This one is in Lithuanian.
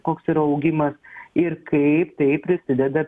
koks yra augimas ir kaip tai prisideda